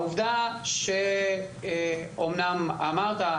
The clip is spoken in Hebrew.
אומנם אמרת,